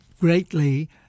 greatly